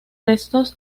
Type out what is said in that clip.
restos